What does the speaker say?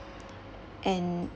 and